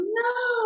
no